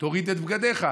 תוריד את בגדיך.